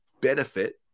benefit